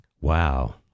Wow